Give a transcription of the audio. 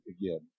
again